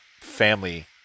family